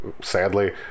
sadly